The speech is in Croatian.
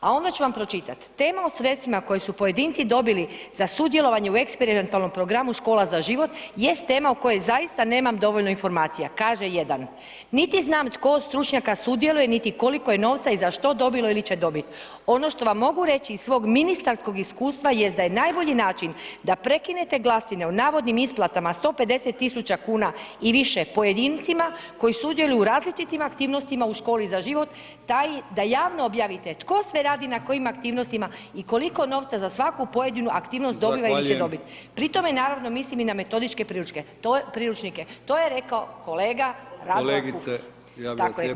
A onda ću vam pročitat, tema o sredstvima koja su pojedinci dobili za sudjelovanje u eksperimentalnom programu „Škola za život“ jest tema o kojoj zaista nemam dovoljno informacija, kaže jedan, niti znam tko od stručnjaka sudjeluje, niti koliko je novca i za što dobilo ili će dobiti, ono što vam mogu reći iz svog ministarskog iskustva je da je najbolji način da prekinete glasine o navodnim isplatama 150.000 kuna i više pojedincima koji sudjeluju u različitim aktivnostima u „Školi za život“ taj da javno objavite tko sve radi na kojim aktivnostima i koliko novca za svaku pojedinu aktivnost dobiva ili će dobiti [[Upadica: Zahvaljujem.]] pri tome naravno mislim i metodičke priručke, priručnike, to je rekao kolega Radovan Fuchs.